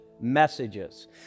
messages